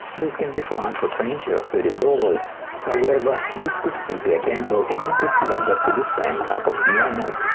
this can be found for twenty or thirty dollars however, this could still be a gamble and you could land up to the same type of lemon.